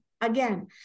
again